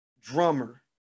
drummer